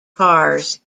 cars